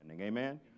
Amen